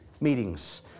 meetings